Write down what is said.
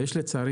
לצערי,